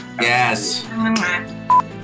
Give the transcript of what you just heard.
Yes